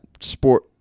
sport